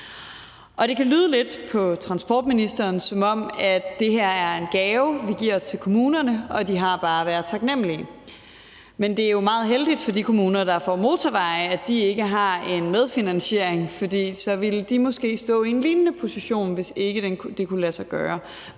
Det kan lyde lidt på transportministeren, som om det her er en gave, vi giver til kommunerne, og at de bare har at være taknemmelige, men det er jo meget heldigt for de kommuner, der får motorveje, at de ikke har en medfinansiering, for så ville de måske stå i en lignende situation, hvis det ikke kunne lade sig gøre.